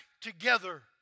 together